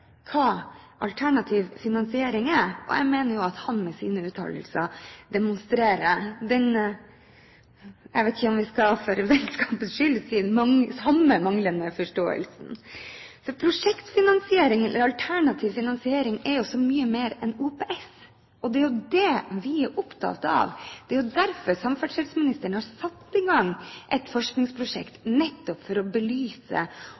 hva alternativ finansiering er. Jeg mener at han med sine uttalelser demonstrerer den – jeg vet ikke om jeg for vennskapets skyld skal si – samme manglende forståelsen. For prosjektfinansiering eller alternativ finansiering er jo så mye mer enn OPS, og det er det vi er opptatt av. Det er jo derfor samferdselsministeren har satt i gang et forskningsprosjekt, nettopp for å belyse